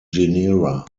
genera